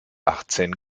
achtzehn